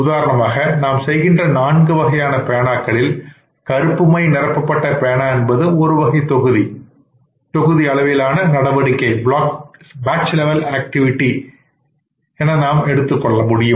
உதாரணமாக நாம் செய்கின்ற நான்கு வகையான பேனாக்களில் கருப்பு மை நிரப்பப்பட்ட பேனா என்பது ஒரு வகையான தொகுதி அளவிலான நடவடிக்கை என நாம் எடுத்துக்கொள்ள முடியும்